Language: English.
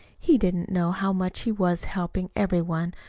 he didn't know how much he was helping every one,